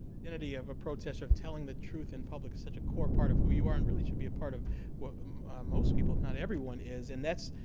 identity of a protester of telling the truth in public is a core part of who you are, and really, should be a part of what um most people, if not everyone is, and that's,